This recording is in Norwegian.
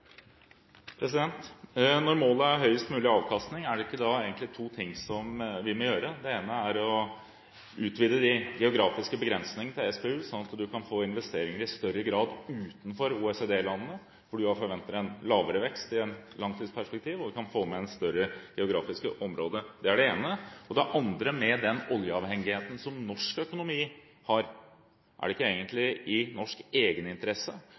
høyest mulig avkastning, er det ikke da egentlig to ting som vi må gjøre? Det ene er å utvide de geografiske begrensningene til SPU, slik at en kan få investeringer i større grad utenfor OECD-landene, hvor en forventer en lavere vekst i et langtidsperspektiv, og kan få med et større geografisk område. Det er det ene. Det andre: Med den oljeavhengigheten som norsk økonomi har, er det ikke egentlig i norsk